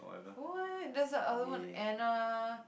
no leh there's another one Anna